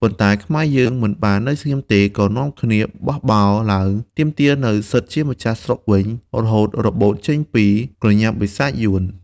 ប៉ុន្តែ ខ្មែរយើងមិនបាននៅស្ងៀមទេ ក៏នាំគ្នាបះបោរឡើង ទាមទារនូវសិទ្ធិជាម្ចាស់ស្រុកវិញ រហូតរបូតចេញពីក្រញាំបិសាចយួន។